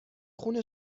خون